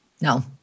No